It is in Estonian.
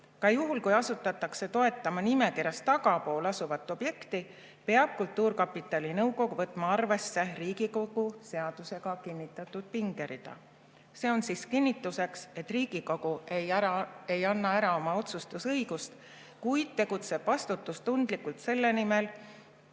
Ka juhul, kui asutakse toetama nimekirjas tagapool asuvat objekti, peab kultuurkapitali nõukogu võtma arvesse Riigikogu seadusega kinnitatud pingerida. See on kinnituseks, et Riigikogu ei anna ära oma otsustusõigust, kuid tegutseb vastutustundlikult selle nimel,